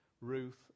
Ruth